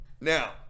Now